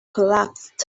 collapsed